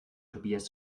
tobias